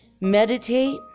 meditate